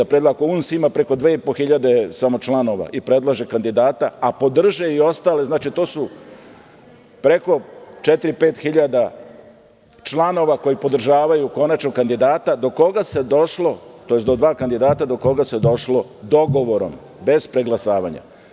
Na primer, ako UNS ima preko 2.500 samo članova i predlaže kandidata, a podrže i ostali, znači, to je preko četiri, pet hiljada članova koji podržavaju konačnog kandidata do koga se došlo, tj. do dva kandidata do koja se došlo dogovorom, bez preglasavanja.